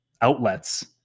outlets